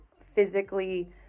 physically